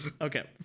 Okay